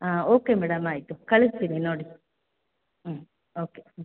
ಹಾಂ okay madam ಆಯಿತು ಕಳಿಸ್ತೀನಿ ನೋಡಿ ಹ್ಞೂ ಓಕೆ ಹ್ಞೂ